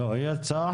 היא יצאה,